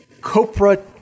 copra